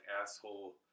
asshole